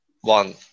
one